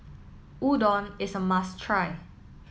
Udon is a must try